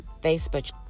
Facebook